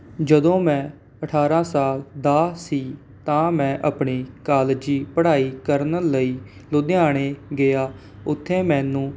ਜਦੋਂ ਮੈਂ ਅਠਾਰਾਂ ਸਾਲ ਦਾ ਸੀ ਤਾਂ ਮੈਂ ਆਪਣੀ ਕਾਲਜੀ ਪੜ੍ਹਾਈ ਕਰਨ ਲਈ ਲੁਧਿਆਣੇ ਗਿਆ ਉੱਥੇ ਮੈਨੂੰ